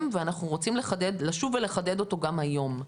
ואנחנו רוצים לשוב ולחדד אותו גם היום,